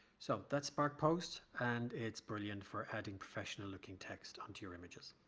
so that's spark post and it's brilliant for adding professional-looking text on to your images